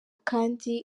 kandi